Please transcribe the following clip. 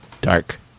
dark